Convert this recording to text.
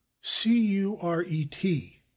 C-U-R-E-T